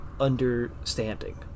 understanding